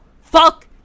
fuck